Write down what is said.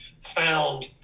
found